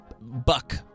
Buck